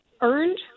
earned